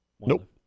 Nope